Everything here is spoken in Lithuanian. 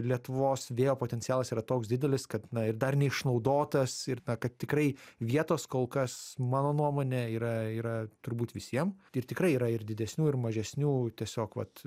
lietuvos vėjo potencialas yra toks didelis kad na ir dar neišnaudotas ir na kad tikrai vietos kol kas mano nuomone yra yra turbūt visiem ir tikrai yra ir didesnių ir mažesnių tiesiog vat